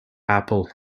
apple